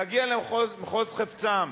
למחוז חפצם.